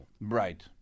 Right